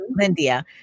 Lindia